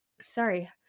Sorry